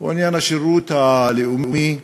הוא עניין השירות הלאומי,